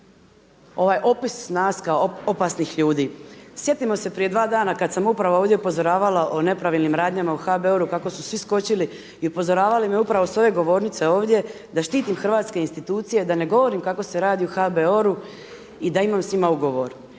ovaj opis nas kao opasnih ljudi. Sjetimo se prije 2 dana kada sam upravo ovdje upozoravala o nepravilnim radnjama u HBOR-u kako su svi skočili i upozoravali me upravo sa ove govornice ovdje da štitim hrvatske institucije, da ne govorim kako se radi u HBOR-u i da imam s njima ugovor.